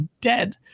dead